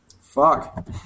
Fuck